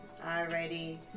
Alrighty